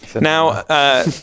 Now